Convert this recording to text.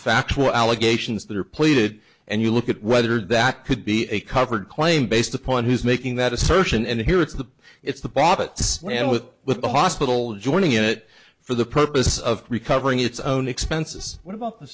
factual allegations that are pleaded and you look at whether that could be a covered claim based upon who's making that assertion and here it's the it's the bob it swim with with the hospital joining in it for the purpose of recovering its own expenses what about the